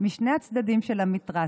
משני הצדדים של המתרס,